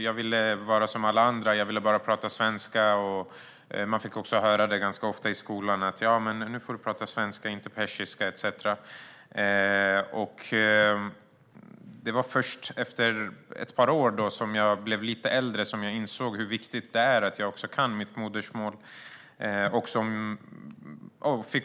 Jag ville vara som alla andra och bara prata svenska. Jag fick också ofta höra i skolan att jag skulle prata svenska, inte persiska. Det var först efter ett par år, när jag blev lite äldre, som jag insåg hur viktigt det är att jag också kan mitt modersmål.